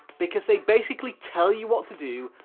because they basically tell you what to do,